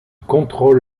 contrôle